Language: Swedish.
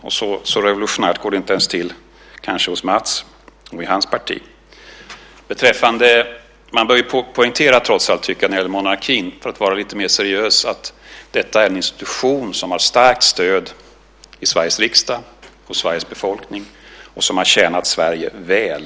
Och så revolutionärt går det kanske inte ens till hos Mats och i hans parti. För att vara lite mer seriös tycker jag när det gäller monarkin att man trots allt bör poängtera att detta är en institution som har starkt stöd i Sveriges riksdag och hos Sveriges befolkning och som har tjänat Sverige väl.